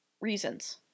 reasons